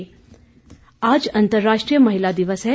महिला दिवस आज अंतर्राष्ट्रीय महिला दिवस है